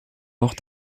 noch